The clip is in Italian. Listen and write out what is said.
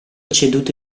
ceduto